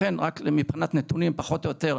לכן, רק מבחינת נתונים, פחות או יותר,